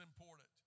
important